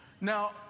Now